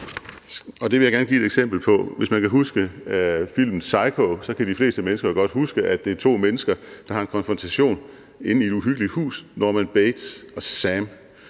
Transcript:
og det vil jeg gerne give et eksempel på. Hvis man kan huske filmen Psycho, kan de fleste mennesker godt huske, at det drejer sig om to mennesker, der har en konfrontation inde i et uhyggeligt hus, Norman Bates og Sam.